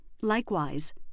Likewise